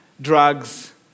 drugs